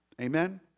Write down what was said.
Amen